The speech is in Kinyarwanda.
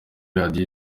radiyo